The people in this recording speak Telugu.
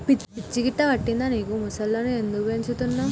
పిచ్చి గిట్టా పట్టిందా నీకు ముసల్లను ఎందుకు పెంచుతున్నవ్